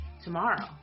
tomorrow